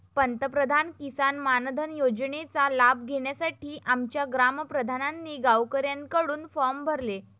पंतप्रधान किसान मानधन योजनेचा लाभ घेण्यासाठी आमच्या ग्राम प्रधानांनी गावकऱ्यांकडून फॉर्म भरले